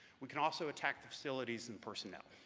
we can also attack the facilities and personnel.